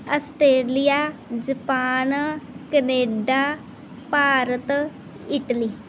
Australia Japan Canada Bharat Italy